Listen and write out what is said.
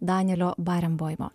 danielio baremboimo